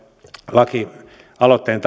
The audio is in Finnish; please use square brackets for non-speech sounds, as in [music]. lakialoitteen [unintelligible]